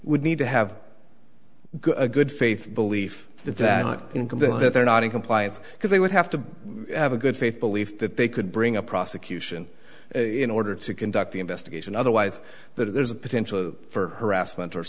would need to have a good faith belief that i'm convinced that they're not in compliance because they would have to have a good faith belief that they could bring a prosecution in order to conduct the investigation otherwise that there's a potential for harassment or